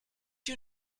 you